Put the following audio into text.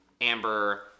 Amber